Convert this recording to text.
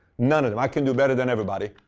none of them. i could do better than everybody.